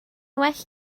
well